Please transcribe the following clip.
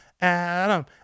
Adam